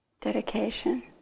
dedication